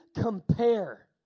compare